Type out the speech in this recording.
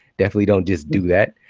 definitely don't just do that.